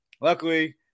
Luckily